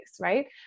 right